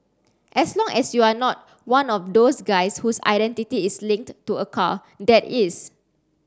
as long as you're not one of those guys whose identity is linked to a car that is